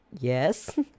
yes